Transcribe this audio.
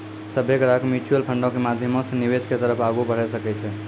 सभ्भे ग्राहक म्युचुअल फंडो के माध्यमो से निवेश के तरफ आगू बढ़ै सकै छै